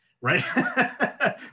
right